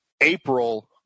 April